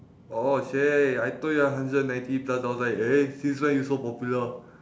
orh !chey! I thought you have hundred ninety plus I was like eh since when you so popular